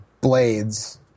blades